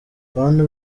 bantu